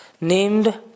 named